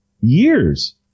Years